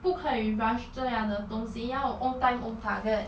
不可以 rush 这样的东西要 own time own target